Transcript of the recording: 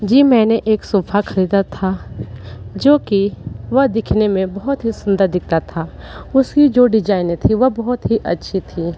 जी मैंने एक सोफ़ा ख़रीदा था जो कि वह दिखने में बहुत ही सुंदर दिखता था उसकी जो डिजाइन थी वह बहुत ही अच्छी थी